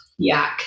yuck